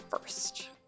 first